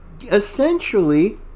essentially